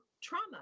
trauma